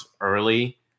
early